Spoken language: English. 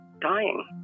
dying